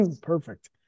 Perfect